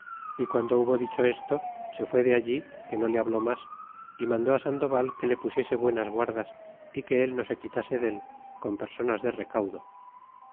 y guando hubo dicho esto se fue de allí que no le habló mas y mandó sandoval que le pusiese buenas guardas y que el no se quitase del con personas de recaudo